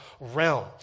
realm